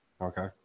okay